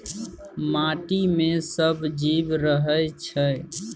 माटि मे सब जीब रहय छै